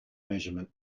measurement